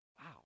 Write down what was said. wow